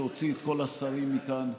שהוציא את כל השרים מכאן,